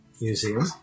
museum